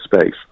space